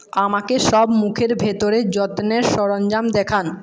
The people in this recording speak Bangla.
আমাকে সব মুখের ভেতরের যত্নের সরঞ্জাম দেখান